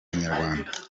inyarwanda